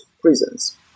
prisons